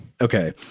Okay